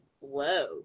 Whoa